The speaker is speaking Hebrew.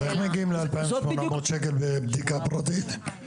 אז איך מגיעים ל-2,800 שקל בבדיקה פרטית?